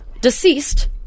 Deceased